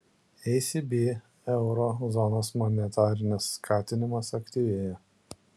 ecb euro zonos monetarinis skatinimas aktyvėja